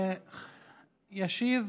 ישיב